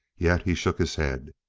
yet he shook his head.